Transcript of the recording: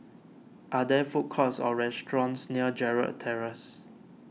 are there food courts or restaurants near Gerald Terrace